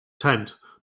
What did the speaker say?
tent